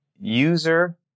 user